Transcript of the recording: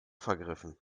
vergriffen